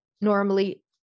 normally